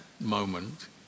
moment